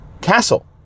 castle